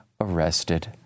arrested